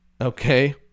Okay